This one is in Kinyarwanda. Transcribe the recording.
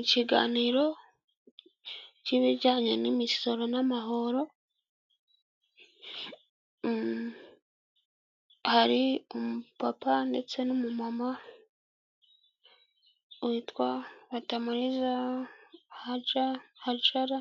Ikiganiro cy'ibijyanye n'imisoro n'amahoro hari umupapa ndetse n'umumama witwa Batamuriza hajara